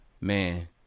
Man